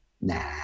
nah